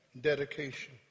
dedication